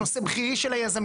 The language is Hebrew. הוא נושא בכירי של היזמים.